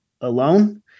alone